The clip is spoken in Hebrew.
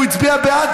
הוא הצביע בעד,